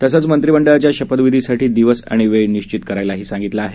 तसंच मंत्रिमंडळाच्या शपथविधीसाठी दिवस अणि वेळ निश्वित करायला सांगितलं आहे